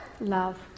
love